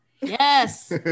Yes